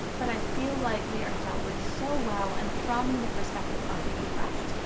but i feel like they are dealt with so well and from the perspective of the oppressed.